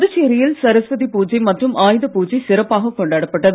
புதுச்சேரியில் சரஸ்வதி பூஜை மற்றும் ஆயுத பூஜை சிறப்பாகக் கொண்டாடப் பட்டது